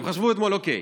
הם חשבו אתמול: אוקיי,